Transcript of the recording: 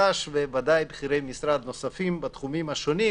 אש, ובוודאי בכירי משרד נוספים בתחומים השונים,